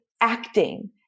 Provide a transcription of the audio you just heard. acting